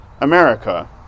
America